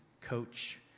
coach